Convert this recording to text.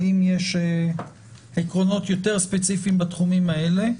האם יש עקרונות יותר ספציפיים בתחומים האלה?